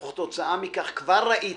וכתוצאה מכך כבר ראיתי